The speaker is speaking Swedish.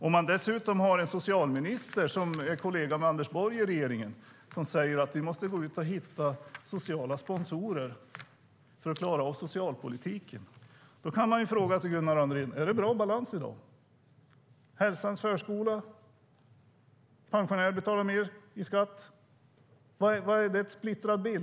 Om man dessutom har en socialminister som är kollega med Anders Borg i regeringen och som säger att vi måste gå ut och hitta sociala sponsorer för att klara av socialpolitiken kan man, Gunnar Andrén, fråga sig: Är det bra balans i dag? Hälsans Förskola, pensionärer betalar mer i skatt - det är en splittrad bild.